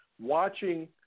watching –